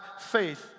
faith